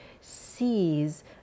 sees